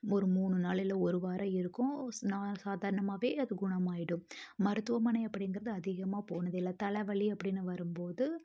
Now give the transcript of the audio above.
ஒரு மூணு நாள் இல்லை ஒரு வாரம் இருக்கும் நான் சாதாரணமாகவே அது குணமாகிடும் மருத்துமனை அப்படிங்கிறது அதிகமாக போனதே இல்லை தலைவலி அப்படின்னு வரும் போது